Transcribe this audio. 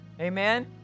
Amen